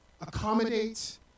accommodate